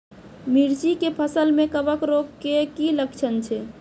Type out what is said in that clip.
मिर्ची के फसल मे कवक रोग के की लक्छण छै?